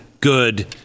good